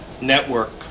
network